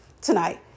tonight